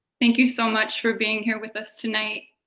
thank you so much for being here with us tonight.